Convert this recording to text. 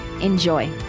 Enjoy